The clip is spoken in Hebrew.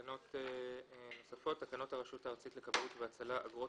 פה אחד תקנות הרשות הארצית לכבאות והצלה (הנחה או פטור מתשלום אגרות)